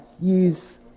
use